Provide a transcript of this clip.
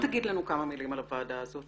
תגיד לנו כמה מילים על הוועדה הזאת,